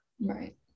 Right